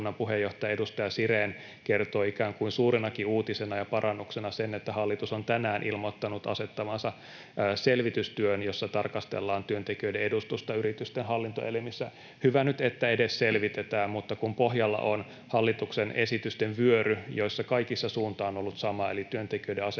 valiokunnan puheenjohtaja, edustaja Sirén kertoi ikään kuin suurenakin uutisena ja parannuksena sen, että hallitus on tänään ilmoittanut aloittavansa selvitystyön, jossa tarkastellaan työntekijöiden edustusta yritysten hallintoelimissä. Hyvä nyt, että edes selvitetään, mutta kun pohjalla on hallituksen esitysten vyöry, joissa kaikissa suunta on ollut sama eli työntekijöiden aseman